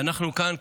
ואנחנו כאן,